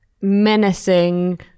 menacing